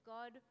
God